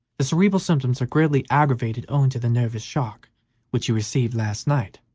the cerebral symptoms are greatly aggravated owing to the nervous shock which he received last night.